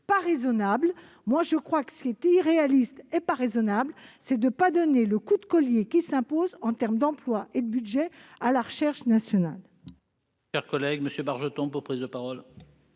pas raisonnable. Pour ma part, je crois que ce qui serait irréaliste et pas raisonnable, ce serait de ne pas donner le coup de collier qui s'impose, en termes d'emplois et de budget, au profit de la recherche nationale.